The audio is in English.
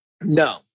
No